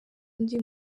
undi